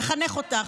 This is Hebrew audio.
הוא מחנך אותך.